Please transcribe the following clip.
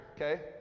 okay